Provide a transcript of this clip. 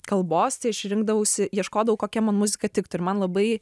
kalbos tai aš rinkdavausi ieškodavau kokia man muzika tiktų ir man labai